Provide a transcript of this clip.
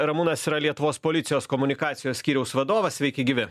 ramūnas yra lietuvos policijos komunikacijos skyriaus vadovas sveiki gyvi